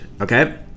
okay